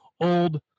old